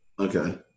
Okay